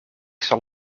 zal